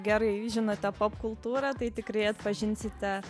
gerai žinote popkultūrą tai tikrai atpažinsite